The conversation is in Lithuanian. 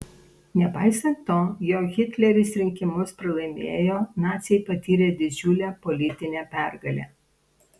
nepaisant to jog hitleris rinkimus pralaimėjo naciai patyrė didžiulę politinę pergalę